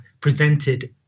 presented